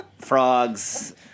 frogs